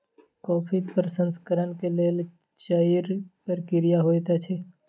coffee प्रसंस्करण के लेल चाइर प्रक्रिया होइत अछि